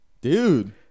Dude